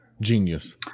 Genius